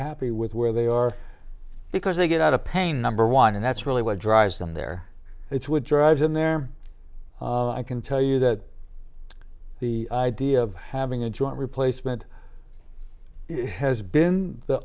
happy with where they are because they get out of pain number one and that's really what drives them there it's what drives in there i can tell you that the idea of having a joint replacement has been the